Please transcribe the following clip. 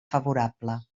favorable